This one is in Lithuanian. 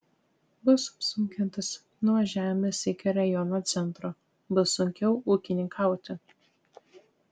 bus apsunkintas nuvažiavimas iki rajono centro bus sunkiau ūkininkauti